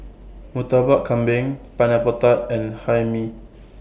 Murtabak Kambing Pineapple Tart and Hae Mee